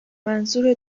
منظور